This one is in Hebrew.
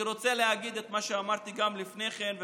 אני רוצה להגיד את מה שאמרתי גם לפני כן,